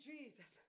Jesus